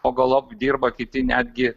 o galop dirba kiti netgi